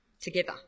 together